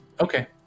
Okay